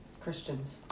Christians